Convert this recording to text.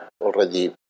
already